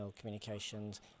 communications